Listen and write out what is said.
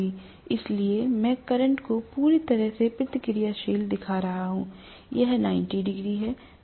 इसलिए मैं करंट को पूरी तरह से प्रतिक्रियाशील दिखा रहा हूं यह 90 डिग्री है